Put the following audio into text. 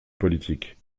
politique